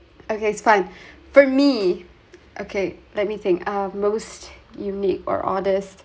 okay it's fine for me okay let me think ah most unique or oddest